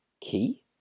key